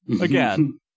Again